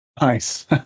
Nice